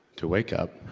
to wake up.